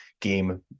game